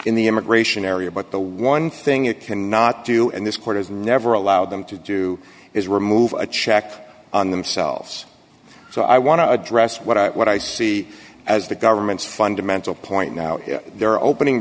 in the immigration area but the one thing it cannot do and this it has never allowed them to do is remove a check on themselves so i want to address what i what i see as the government's fundamental point now they're opening